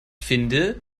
finde